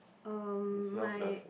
uh my